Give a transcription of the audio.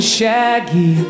Shaggy